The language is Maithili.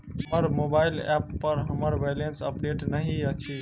हमर मोबाइल ऐप पर हमर बैलेंस अपडेट नहि अछि